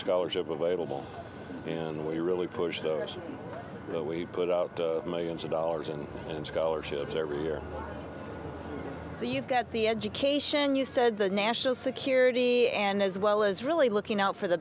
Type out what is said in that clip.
scholarship available and we really pushed that we put millions of dollars in in scholarships every year so you've got the education you said the national security and as well as really looking out for the